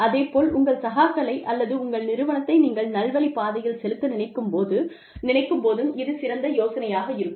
அதே போல் உங்கள் சகாக்களை அல்லது உங்கள் நிறுவனத்தை நீங்கள் நல்வழி பாதையில் செலுத்த நினைக்கும் போதும் இது சிறந்த யோசனையாக இருக்கும்